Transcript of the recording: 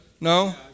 no